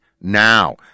now